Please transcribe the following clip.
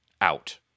out